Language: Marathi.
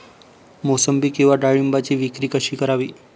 मोसंबी किंवा डाळिंबाची विक्री कशी करावी?